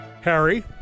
Harry